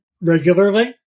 regularly